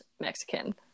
mexican